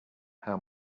how